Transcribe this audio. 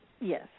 Yes